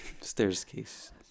Staircase